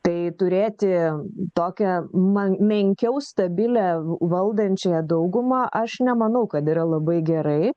tai turėti tokią man menkiau stabilią valdančiąją daugumą aš nemanau kad yra labai gerai